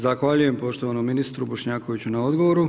Zahvaljujem poštovanom ministru Bošnjakoviću na odgovoru.